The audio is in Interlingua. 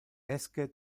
esque